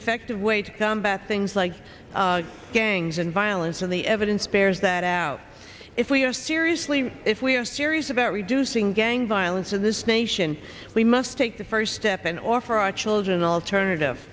effective way to combat things like gangs and violence and the evidence bears that out if we have seriously if we're serious about reducing gang violence in this nation we must take the first step and offer our children alternative